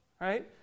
right